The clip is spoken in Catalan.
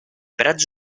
prats